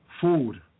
food